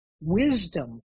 wisdom